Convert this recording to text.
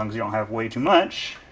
um you don't have way too much,